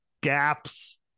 gaps